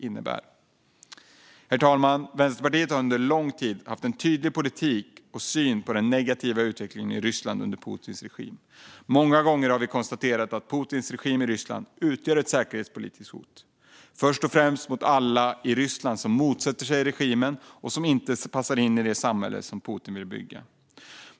Herr talman! Vänsterpartiet har under lång tid haft en tydlig politik och syn på den negativa utvecklingen i Ryssland under Putins regim. Många gånger har vi konstaterat att Putins regim i Ryssland utgör ett säkerhetspolitiskt hot - först och främst mot alla i Ryssland som motsätter sig regimen och som inte passar in i det samhälle som Putin vill bygga.